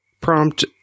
prompt